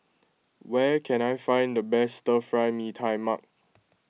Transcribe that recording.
where can I find the best Stir Fry Mee Tai Mak